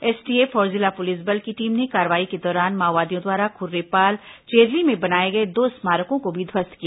STF और जिला पुलिस बल की टीम ने कार्रवाई के दौरान माओवादियों द्वारा खुर्रेपाल चेरली में बनाए गए दो स्मारकों को भी ध्वस्त किया